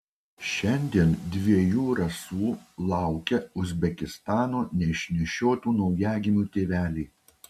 šiandien dviejų rasų laukia uzbekistano neišnešiotų naujagimių tėveliai